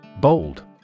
Bold